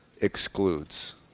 excludes